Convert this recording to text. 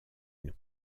une